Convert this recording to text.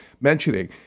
mentioning